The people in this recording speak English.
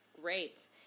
Great